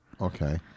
Okay